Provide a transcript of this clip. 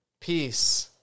Peace